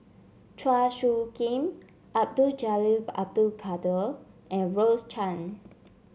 Chua Soo Khim Abdul Jalil Abdul Kadir and Rose Chan